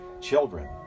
children